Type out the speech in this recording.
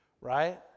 Right